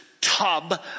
tub